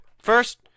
First